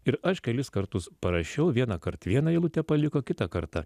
ir aš kelis kartus parašiau vienąkart vieną eilutę paliko kitą kartą